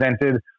presented